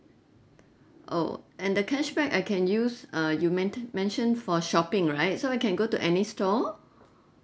oh and the cashback I can use err you mention mention for shopping right so I can go to any stall